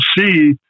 see